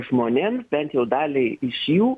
žmonėms bent jau daliai iš jų